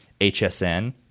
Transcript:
HSN